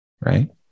right